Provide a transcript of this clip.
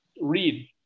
read